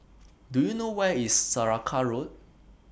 Do YOU know Where IS Saraca Road